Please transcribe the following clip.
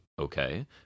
Okay